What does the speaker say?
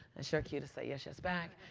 that's your cue to say yes, yes back.